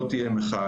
לא תהיה מחאה?